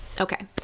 Okay